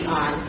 on